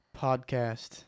podcast